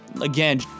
again